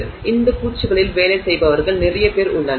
எனவே இந்த பூச்சுகளில் வேலை செய்பவர்கள் நிறைய பேர் உள்ளனர்